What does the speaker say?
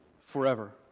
forever